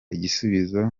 igisubizo